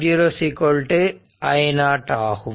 அதாவது i I0 ஆகும்